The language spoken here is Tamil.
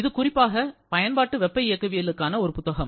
இது குறிப்பாக பயன்பாட்டு வெப்ப இயக்கவியலுக்கான ஒரு புத்தகம்